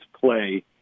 play